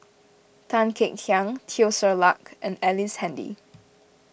Tan Kek Hiang Teo Ser Luck and Ellice Handy